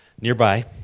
Nearby